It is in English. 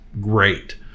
great